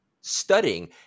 studying